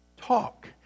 talk